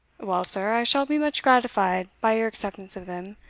well, sir, i shall be much gratified by your acceptance of them,